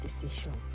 decision